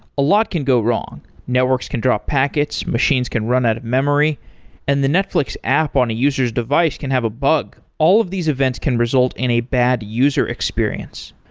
a lot can go wrong. networks can draw packets, machines can run out of memory and the netflix app on a user's device can have a bug. all of these events can result in a bad user experience.